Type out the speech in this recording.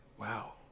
Wow